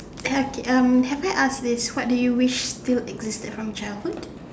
okay um have I asked this what do wish still existed from childhood